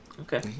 Okay